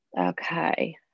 Okay